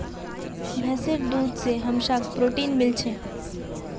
भैंसीर दूध से हमसाक् प्रोटीन मिल छे